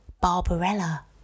Barbarella